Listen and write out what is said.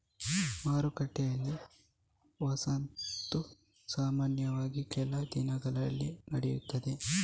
ಮಾರುಕಟ್ಟೆಯಲ್ಲಿ, ವಸಾಹತು ಸಾಮಾನ್ಯವಾಗಿ ಕೆಲಸದ ದಿನಗಳಲ್ಲಿ ನಡೆಯುತ್ತದೆ